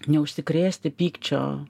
neužsikrėsti pykčio